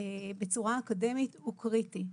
בצורה אקדמית הוא קריטי.